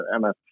MS